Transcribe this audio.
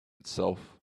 itself